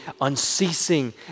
unceasing